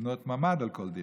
לבנות ממ"ד על כל דירה.